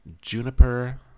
juniper